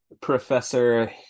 Professor